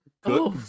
Good